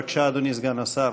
בבקשה, אדוני סגן השר.